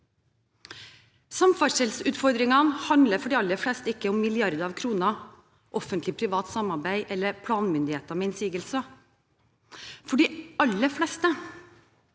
Samferdselsutfordringene handler for de aller fleste ikke om milliarder av kroner, offentlig–privat samarbeid eller planmyndigheter med innsigelser. For de aller fleste,